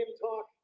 talk